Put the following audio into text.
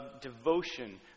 devotion